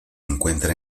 encuentra